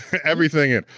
everything in.